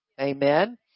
Amen